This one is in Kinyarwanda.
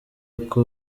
uko